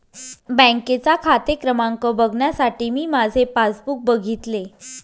बँकेचा खाते क्रमांक बघण्यासाठी मी माझे पासबुक बघितले